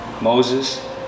moses